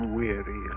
weary